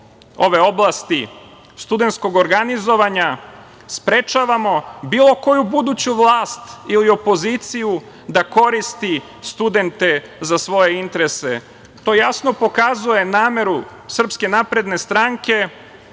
ove oblasti, studentskog organizovanja sprečavamo bilo koju buduću vlast ili opoziciju da koristi studente za svoje interese i to jasno pokazuje nameru SNS, da studentima